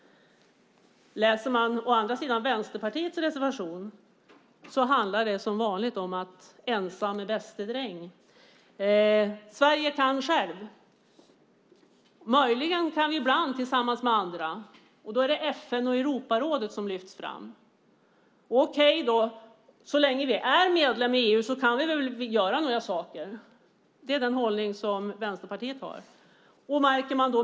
Om man å andra sidan läser Vänsterpartiets reservation ser man att det som vanligt handlar om att själv är bäste dräng. Sverige kan självt. Möjligen kan vi ibland tillsammans med andra, och då lyfts FN och Europarådet fram. Okej, så länge vi är medlemmar i EU kan vi väl göra några saker, är den hållning som Vänsterpartiet har.